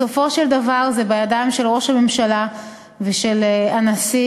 בסופו של דבר זה בידיים של ראש הממשלה ושל הנשיא,